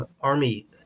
Army